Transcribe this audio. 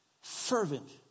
Fervent